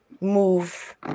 Move